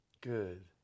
Good